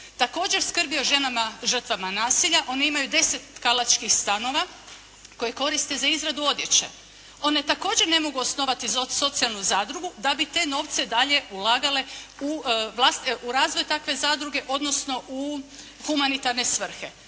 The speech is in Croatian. također skrbi o ženama žrtvama nasilja. One imaju 10 tkalačkih stanova koje koriste za izradu odjeće. One također ne mogu osnovati socijalnu zadrugu, da bi te novce dalje ulagale u razvoj takve zadruge, odnosno u humanitarne svrhe.